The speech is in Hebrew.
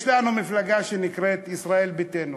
יש לנו מפלגה שנקראת ישראל ביתנו.